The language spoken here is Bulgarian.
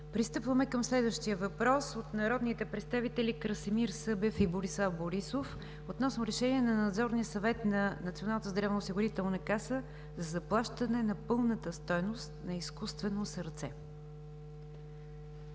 Пристъпваме към следващия въпрос от народните представители Красимир Събев и Борислав Борисов относно решение на Надзорния съвет на Националната здравноосигурителна каса за заплащане на пълната стойност на изкуствено сърце.